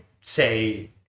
say